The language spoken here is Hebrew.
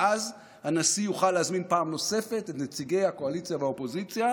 ואז הנשיא יוכל להזמין פעם נוספת את נציגי הקואליציה והאופוזיציה,